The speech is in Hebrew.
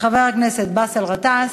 חבר הכנסת באסל גטאס.